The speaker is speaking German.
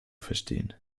verstehen